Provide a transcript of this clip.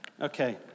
Okay